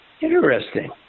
Interesting